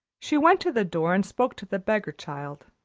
she went to the door and spoke to the beggar-child.